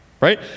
right